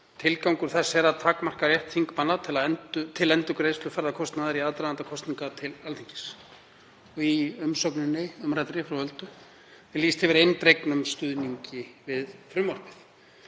Tilgangur þess er að takmarka rétt þingmanna til endurgreiðslu ferðakostnaðar í aðdraganda kosninga til Alþingis. Í umræddri umsögn frá Öldu er lýst yfir eindregnum stuðningi við frumvarpið.